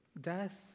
death